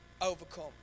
overcome